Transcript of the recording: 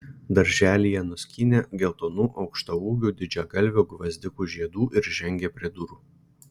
darželyje nuskynė geltonų aukštaūgių didžiagalvių gvazdikų žiedų ir žengė prie durų